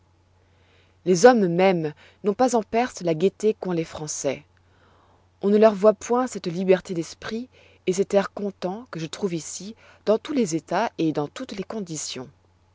les hommes mêmes n'ont pas en perse la gaieté que les françois on ne leur voit point cette liberté d'esprit et cet air content que je trouve ici dans tous les états et dans toutes les conditions